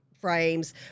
frames